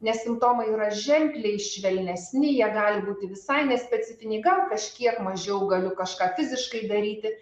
nes simptomai yra ženkliai švelnesni jie gali būti visai nespecifiniai gal kažkiek mažiau galiu kažką fiziškai daryti